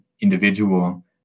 individual